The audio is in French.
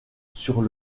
sur